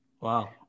Wow